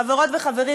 חברות וחברים,